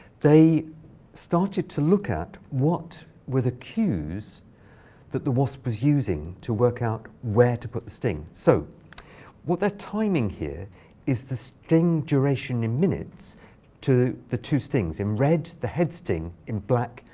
they started to look at, what were the cues that the wasp was using to work out where to put the sting? so what they're timing here is the sting duration in minutes to the two stings in red, the head sting in black,